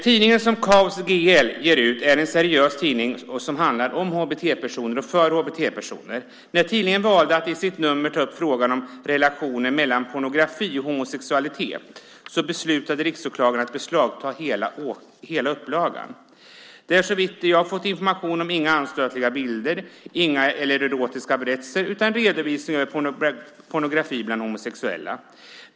Tidningen som Kaos GL ger ut är en seriös tidning som handlar om HBT-personer för HBT-personer. När tidningen valde att i sitt nummer ta upp frågan om relationen mellan pornografi och homosexualitet beslutade riksåklagaren att beslagta hela upplagan. Det är såvitt jag har fått information om inga anstötliga bilder eller erotiska berättelser utan en redovisning av pornografi bland homosexuella.